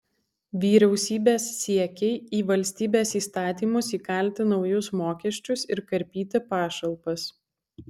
vyriausybės siekiai į valstybės įstatymus įkalti naujus mokesčius ir karpyti pašalpas